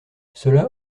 cela